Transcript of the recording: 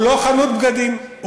הוא לא חנות בגדים,